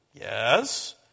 Yes